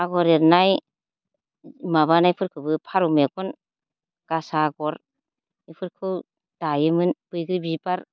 आगर एरनाय माबानायफोरखौबो फारौ मेगन गासा आगर बेफोरखौ दायोमोन बैग्रि बिबार